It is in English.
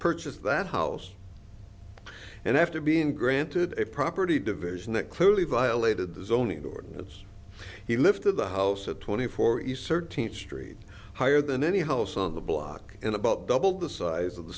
purchase that house and after being granted a property division that clearly violated the zoning ordinance he lifted the house at twenty four esearch street higher than any house on the block and about double the size of the